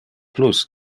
plus